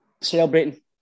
celebrating